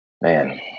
man